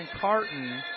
Carton